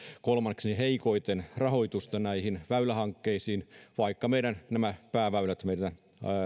kolmanneksen heikoiten rahoitusta näihin väylähankkeisiin vaikka nämä meidän pääväylät meidän